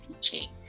teaching